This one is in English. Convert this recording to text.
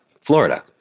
Florida